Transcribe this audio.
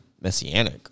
messianic